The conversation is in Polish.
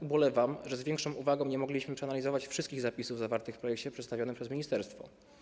Ubolewam, że z większą uwagą nie mogliśmy przeanalizować wszystkich zapisów zawartych w projekcie przedstawionym przez ministerstwo.